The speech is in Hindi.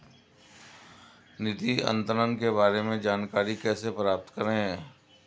निधि अंतरण के बारे में जानकारी कैसे प्राप्त करें?